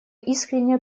искренне